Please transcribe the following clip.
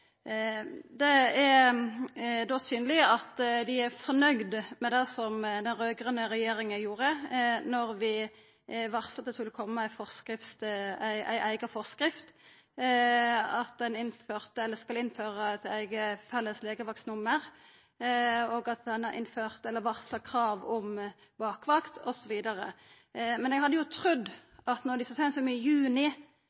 Det er då synleg at dei er fornøgde med det den raud-grøne regjeringa gjorde då vi varsla at det skulle komma ei eiga forskrift, at ein skal innføra eit eige legevaktsnummer, og at ein har varsla krav om bakvakt osv. Men eg hadde jo trudd